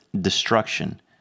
destruction